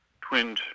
twin